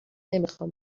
نمیخوام